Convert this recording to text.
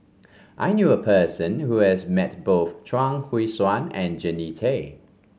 I knew a person who has met both Chuang Hui Tsuan and Jannie Tay